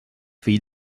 fill